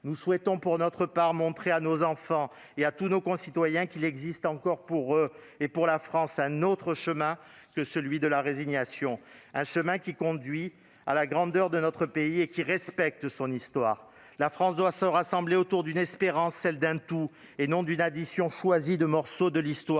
Nous souhaitons, pour notre part, montrer à nos enfants et à tous nos concitoyens qu'il existe encore pour eux et pour la France un autre chemin que celui de la résignation. Un chemin qui conduit à la grandeur de notre pays et qui respecte son histoire. La France doit se rassembler autour d'une espérance, celle d'un tout, et non d'une addition choisie de morceaux de l'Histoire,